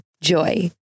Joy